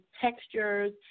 textures